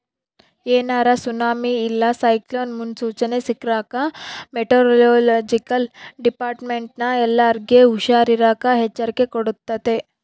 ಏನಾರ ಸುನಾಮಿ ಇಲ್ಲ ಸೈಕ್ಲೋನ್ ಮುನ್ಸೂಚನೆ ಸಿಕ್ರ್ಕ ಮೆಟೆರೊಲೊಜಿಕಲ್ ಡಿಪಾರ್ಟ್ಮೆಂಟ್ನ ಎಲ್ಲರ್ಗೆ ಹುಷಾರಿರಾಕ ಎಚ್ಚರಿಕೆ ಕೊಡ್ತತೆ